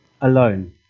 alone